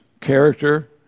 Character